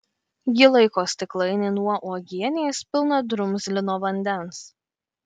ji laiko stiklainį nuo uogienės pilną drumzlino vandens